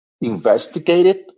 investigated